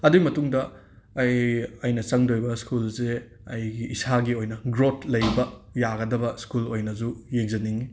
ꯑꯗꯨꯏ ꯃꯇꯨꯡꯗ ꯑꯩ ꯑꯩꯅ ꯆꯪꯗꯣꯏꯕ ꯁ꯭ꯀꯨꯜꯁꯦ ꯑꯩꯒꯤ ꯏꯁꯥꯒꯤ ꯑꯣꯏꯅ ꯒ꯭ꯔꯣꯊ ꯂꯩꯕ ꯌꯥꯒꯗꯕ ꯁꯀꯨꯜ ꯑꯣꯏꯅꯁꯨ ꯌꯦꯡꯖꯅꯤꯡꯉꯤ